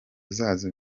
zazo